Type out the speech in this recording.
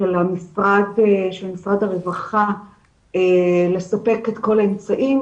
של משרד הרווחה לספק את כל האמצעים,